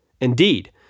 Indeed